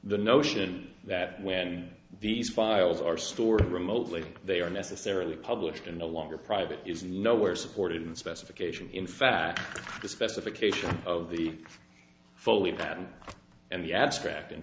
the notion that when these files are stored remotely they are necessarily public and no longer private is nowhere supported in specification in fact the specification of the fully patent and the abstract in